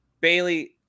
Bailey